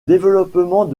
développement